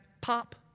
Pop